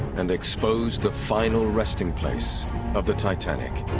and expose the final resting place of the titanic